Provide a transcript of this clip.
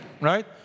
Right